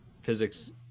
physics